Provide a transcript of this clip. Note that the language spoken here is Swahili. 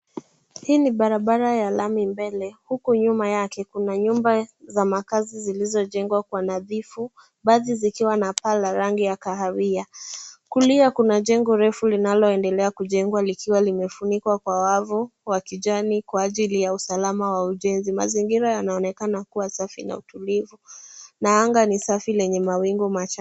Hii ni barabara ya lami mbele huku nyuma yake kuna nyumba za makazi zilizojengwa kwa nadhifu baadhi zikiwa na paa la rangi ya kahawia .Kulia kuna jengo refu linaloendelea kujengwa likiwa limefungwa kwa wavu wa kijani kwa ajili ya usalama wa ujenzi. Mazingira yanaonekana kuwa safi na utulivu na anga ni safi lenye mawingu machache.